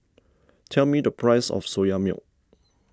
tell me the price of Soya Milk